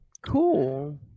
Cool